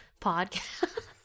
podcast